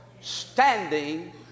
Standing